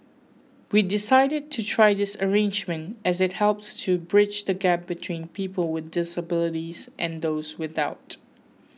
we decided to try this arrangement as it helps to bridge the gap between people with disabilities and those without